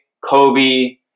Kobe